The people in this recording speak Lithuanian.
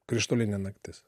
krištolinė naktis